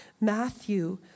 Matthew